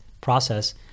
process